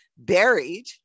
buried